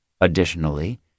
Additionally